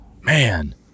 man